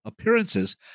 appearances